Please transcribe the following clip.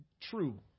true